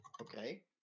Okay